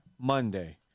Monday